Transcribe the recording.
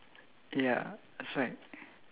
ya it's like